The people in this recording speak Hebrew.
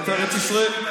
את ארץ ישראל,